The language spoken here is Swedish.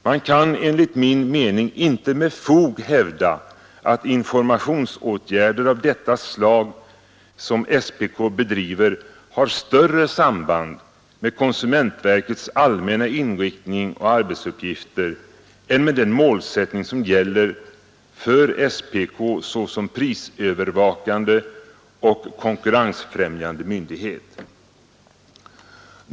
Man kan enligt min mening inte med fog hävda att informationsåtgärder av det slag som SPK vidtar har större samband med konsumentverkets allmänna inriktning och arbetsuppgifter än med den målsättning som gäller för SPK såsom prisövervakande och konkurrensfrämjande myndighet.